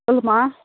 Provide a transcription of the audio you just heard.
சொல்லும்மா